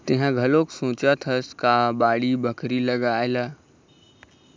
तेंहा घलोक सोचत हस का बाड़ी बखरी लगाए ला?